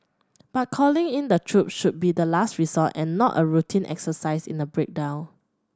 but calling in the troops should be the last resort and not a routine exercise in a breakdown